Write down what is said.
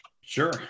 Sure